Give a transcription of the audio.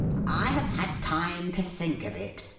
i have had time to think of it.